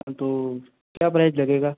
हाँ तो क्या बजट लगेगा